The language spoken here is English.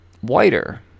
whiter